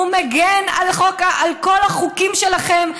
הוא מגן על כל החוקים שלכם,